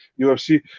UFC